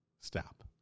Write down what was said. stop